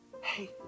Hey